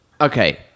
okay